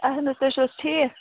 اَہَن حظ تُہۍ چھُو حظ ٹھیٖک